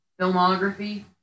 filmography